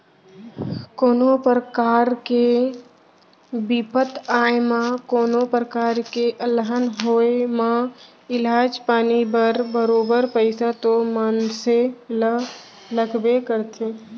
कोनो परकार के बिपत आए म कोनों प्रकार के अलहन होय म इलाज पानी बर बरोबर पइसा तो मनसे ल लगबे करथे